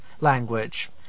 language